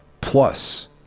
plus